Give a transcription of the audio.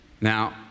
Now